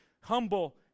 humble